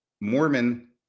Mormon